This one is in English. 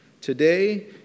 Today